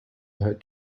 her